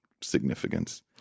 significance